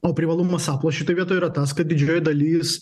o privalumas aplo šitoj vietoj yra tas kad didžioji dalis